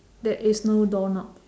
there is no door knob